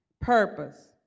Purpose